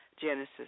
Genesis